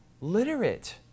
literate